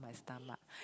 my stomach